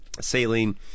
Saline